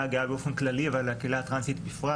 הגאה באופן כללי ועל הקהילה הטרנסית בפרט,